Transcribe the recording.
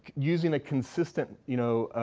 using a consistent, you know,